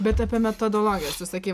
bet apie metodologiją tu sakei